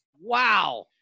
Wow